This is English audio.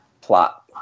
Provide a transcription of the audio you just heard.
plot